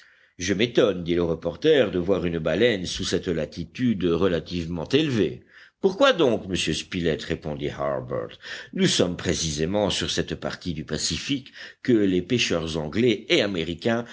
je m'étonne dit le reporter de voir une baleine sous cette latitude relativement élevée pourquoi donc monsieur spilett répondit harbert nous sommes précisément sur cette partie du pacifique que les pêcheurs anglais et américains